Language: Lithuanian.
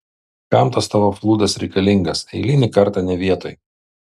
kam tas tavo flūdas reikalingas eilinį kartą ne vietoj